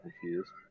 confused